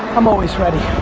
i'm always ready.